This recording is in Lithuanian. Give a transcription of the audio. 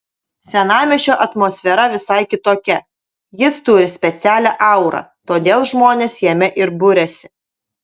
senamiesčio atmosfera visai kitokia jis turi specialią aurą todėl žmonės jame ir buriasi